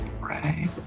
Right